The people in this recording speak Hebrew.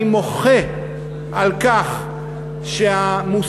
אני מוחה על כך שהמילה,